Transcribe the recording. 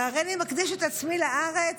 וגם: הריני מקדיש את עצמי לארץ.